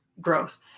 gross